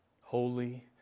Holy